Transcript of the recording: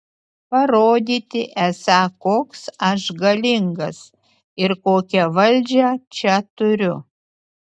parodyti esą koks aš galingas ir kokią valdžią čia turiu